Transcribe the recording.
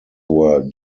were